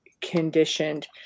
conditioned